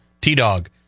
T-Dog